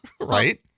Right